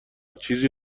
چیزی